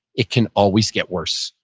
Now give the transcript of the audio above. it can always get worse.